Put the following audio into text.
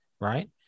Right